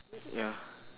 ya